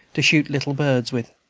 to shoot little birds with.